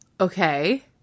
okay